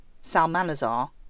Salmanazar